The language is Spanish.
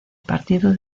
partido